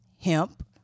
hemp